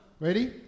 Ready